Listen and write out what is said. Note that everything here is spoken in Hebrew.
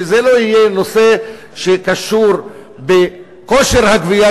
ושזה לא יהיה נושא שקשור לכושר הגבייה